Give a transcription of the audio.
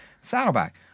Saddleback